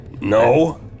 No